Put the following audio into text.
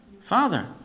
Father